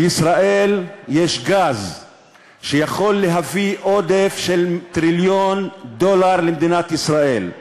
בישראל יש גז שיכול להביא עודף של טריליון דולר למדינת ישראל.